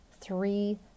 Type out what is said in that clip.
three